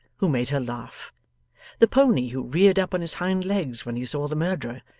who made her laugh the pony who reared up on his hind legs when he saw the murderer,